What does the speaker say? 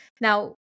Now